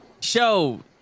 Show